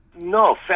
No